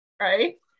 Right